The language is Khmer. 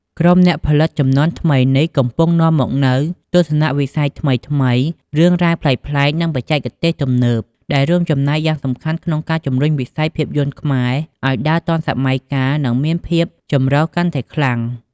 ក្រុមអ្នកផលិតជំនាន់ថ្មីនេះ កំពុងនាំមកនូវទស្សនវិស័យថ្មីៗ រឿងរ៉ាវប្លែកៗ និងបច្ចេកទេសទំនើប ដែលរួមចំណែកយ៉ាងសំខាន់ក្នុងការជំរុញវិស័យភាពយន្តខ្មែរឱ្យដើរទាន់សម័យកាល និងមានភាពចម្រុះកាន់តែខ្លាំង។